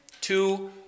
two